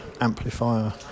amplifier